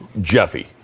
Jeffy